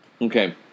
Okay